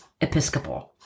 Episcopal